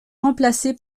remplacé